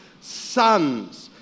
sons